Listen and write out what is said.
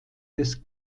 des